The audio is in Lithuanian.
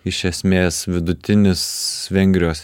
iš esmės vidutinis vengrijos